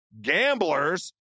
Gambler's